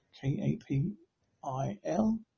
K-A-P-I-L